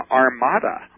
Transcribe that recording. armada